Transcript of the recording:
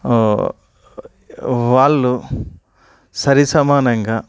వాళ్ళు సరి సమానంగా